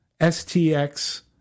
STX